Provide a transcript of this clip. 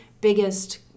biggest